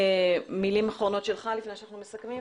מלים אחרונות שלך לפני שאנחנו מסכמים.